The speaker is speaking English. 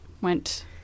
went